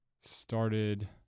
started